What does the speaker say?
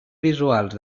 visuals